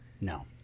No